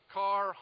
car